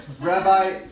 Rabbi